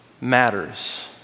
matters